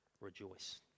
rejoice